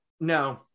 No